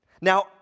Now